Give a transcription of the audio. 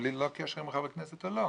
בלי קשר אם אני חבר כנסת או לא.